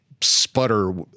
sputter